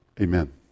Amen